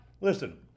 listen